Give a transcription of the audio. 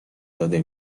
داده